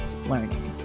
learning